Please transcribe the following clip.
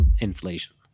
inflation